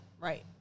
Right